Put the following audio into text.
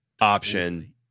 option